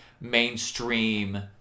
mainstream